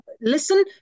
listen